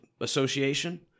association